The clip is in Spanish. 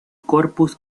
corpus